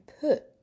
put